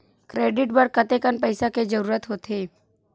Credit बर कतेकन पईसा के जरूरत होथे?